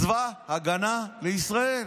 צבא ההגנה לישראל.